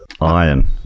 Iron